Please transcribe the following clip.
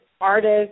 artist